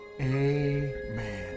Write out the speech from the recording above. Amen